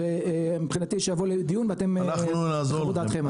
מבחינתי שיבוא לדיון ואתם תחוו דעתכם.